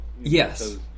yes